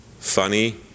Funny